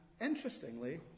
interestingly